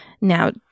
Now